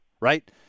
right